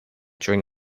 during